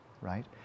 right